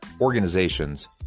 organizations